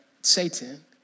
Satan